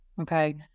okay